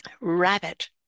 rabbit